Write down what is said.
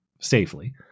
safely